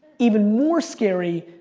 even more scary,